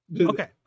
Okay